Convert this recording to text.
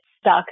stuck